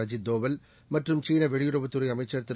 அஜித் தோவல் மற்றும் சீனவெளியுறவுத் துறைஅமைச்சர் திரு